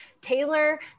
Taylor